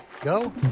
Go